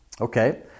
Okay